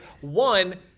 one